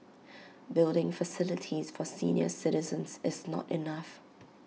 building facilities for senior citizens is not enough